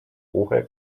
hohe